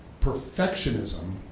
perfectionism